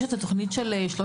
יש את התכנית של 360,